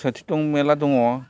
गोसोखांथियाथ' मेरला दङ